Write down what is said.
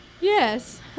Yes